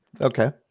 Okay